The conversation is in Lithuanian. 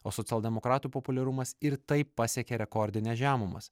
o socialdemokratų populiarumas ir taip pasiekė rekordines žemumas